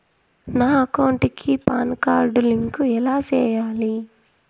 నా అకౌంట్ కి PAN card link ఎలా సేయాలి